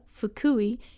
Fukui